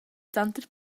tanter